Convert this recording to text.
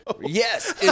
Yes